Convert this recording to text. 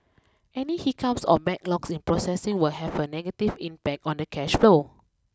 any hiccups or backlogs in processing will have a negative impact on the cash flow